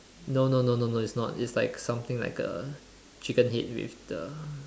no no no no no it's not it's like something like a chicken head with the